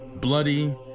bloody